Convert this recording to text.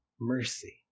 mercy